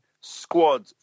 squad